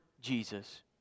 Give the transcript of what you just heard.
Jesus